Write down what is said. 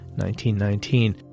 1919